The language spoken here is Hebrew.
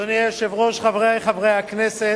אדוני היושב-ראש, חברי חברי הכנסת,